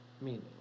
meaning